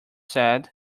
said